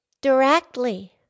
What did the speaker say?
directly